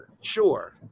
sure